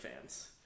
fans